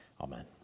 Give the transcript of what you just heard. Amen